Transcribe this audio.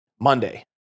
Monday